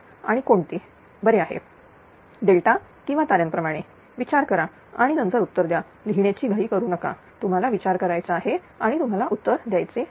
आणि कोणते बरे आहे डेल्टा किंवा ताऱ्याप्रमाणे विचार करा आणि नंतर उत्तर द्या लिहिण्याची घाई करु नका तुम्हाला विचार करायचा आहे आणि तुम्हाला उत्तर द्यायचे आहे